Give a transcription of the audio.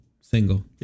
single